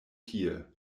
tie